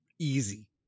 Easy